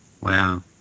Wow